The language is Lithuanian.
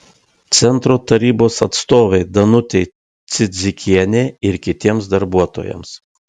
centro tarybos atstovei danutei cidzikienė ir kitiems darbuotojams